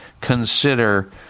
consider